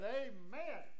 amen